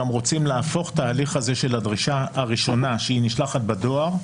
גם רוצים להפוך את התהליך הזה של הדרישה הראשונה שנשלחת בדואר,